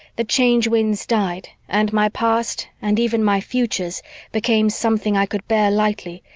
the change winds died and my past and even my futures became something i could bear lightly,